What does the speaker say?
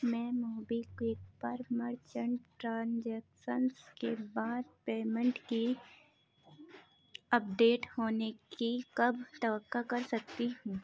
میں MobiKwik پر merchant transactions کے بعد پیمنٹ کی اپڈیٹ ہونے کی کب توقع کر سکتی ہوں